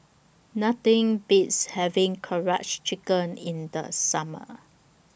Nothing Beats having Karaage Chicken in The Summer